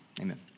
amen